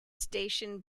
station